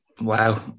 Wow